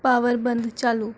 power ਬੰਦ ਚਾਲੂ